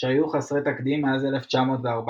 שהיו חסרי תקדים מאז 1914,